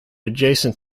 adjacent